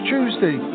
Tuesday